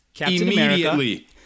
immediately